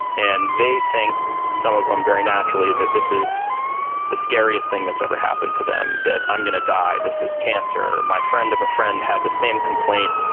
and they think some of them, very naturally that this is the scariest thing that's ever happened to them, that i'm going to die, this is cancer. my friend of a friend had the same complaint,